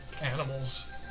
animals